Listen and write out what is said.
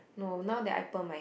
no now that I perm my hair